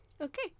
Okay